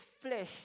flesh